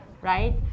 Right